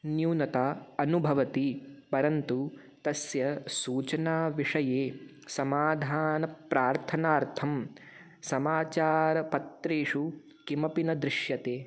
न्यूनताम् अनुभवति परन्तु तस्य सूचनाविषये समाधानप्रार्थनार्थं समाचारपत्रेषु किमपि न दृश्यते